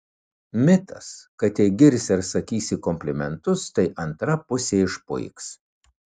mitas kad jei girsi ar sakysi komplimentus tai antra pusė išpuiks